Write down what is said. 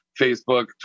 Facebook